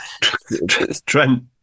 Trent